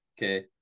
okay